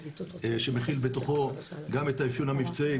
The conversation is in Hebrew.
שמכיל בתוכו גם את האפיון המבצעי,